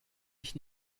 ich